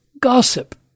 gossip